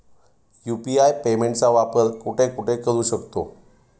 UPI पेमेंटचा वापर कुठे कुठे करू शकतो?